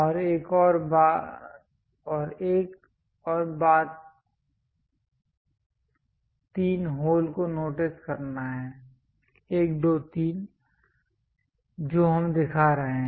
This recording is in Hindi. और एक और बात तीन होल को नोटिस करना है 1 2 3 होल जो हम दिखा रहे हैं